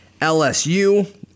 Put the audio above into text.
LSU